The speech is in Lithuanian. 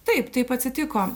taip taip atsitiko